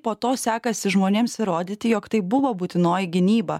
po to sekasi žmonėms įrodyti jog tai buvo būtinoji gynyba